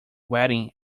wedding